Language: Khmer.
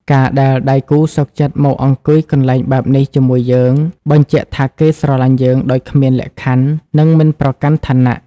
ការដែលដៃគូសុខចិត្តមកអង្គុយកន្លែងបែបនេះជាមួយយើង បញ្ជាក់ថាគេស្រឡាញ់យើងដោយគ្មានលក្ខខណ្ឌ និងមិនប្រកាន់ឋានៈ។